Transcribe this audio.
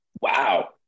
wow